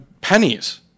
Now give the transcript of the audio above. pennies